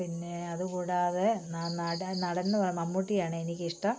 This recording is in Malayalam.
പിന്നെ അതു കൂടാതെ നടൻ നടൻ എന്നു മമ്മൂട്ടിയെയാണ് എനിക്കിഷ്ടം